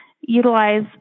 utilize